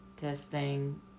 Testing